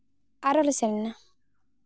ᱟᱨᱚᱞᱮ ᱥᱮᱱᱱᱟ